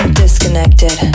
disconnected